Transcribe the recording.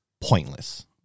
pointless